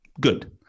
Good